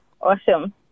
Awesome